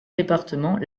département